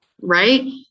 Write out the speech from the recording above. Right